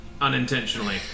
Unintentionally